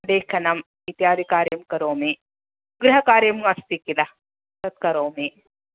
लेखनं इत्यादि कार्यं करोमि गृहकार्यं अस्ति किल तत्करोमि